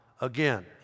again